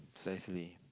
precisely